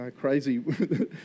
crazy